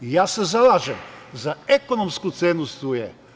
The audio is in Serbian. Ja se zalažem za ekonomsku cenu struje.